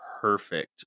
perfect